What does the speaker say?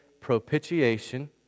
propitiation